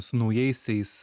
su naujaisiais